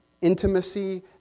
intimacy